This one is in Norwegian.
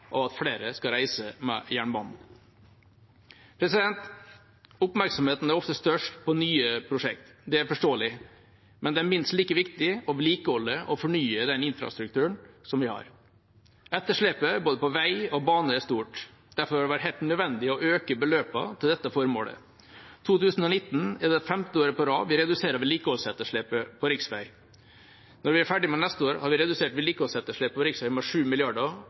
av at flere skal reise med jernbanen. Oppmerksomheten er ofte størst på nye prosjekter, og det er forståelig, men det er minst like viktig å vedlikeholde og fornye den infrastrukturen vi har. Etterslepet både på vei og på bane er stort. Derfor har det vært helt nødvendig å øke beløpene til dette formålet. 2019 er det femte året på rad vi reduserer vedlikeholdsetterslepet på riksvei. Når vi er ferdig med neste år, har vi redusert vedlikeholdsetterslepet på riksvei med